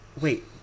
wait